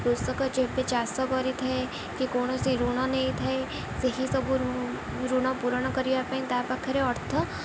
କୃଷକ ଯେବେ ଚାଷ କରିଥାଏ କି କୌଣସି ଋଣ ନେଇଥାଏ ସେହି ସବୁ ଋଣ ପୂରଣ କରିବା ପାଇଁ ତା' ପାଖରେ ଅର୍ଥ